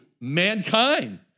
mankind